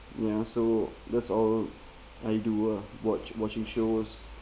ya so that's all I do lah watch watching shows